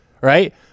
right